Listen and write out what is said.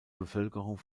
bevölkerung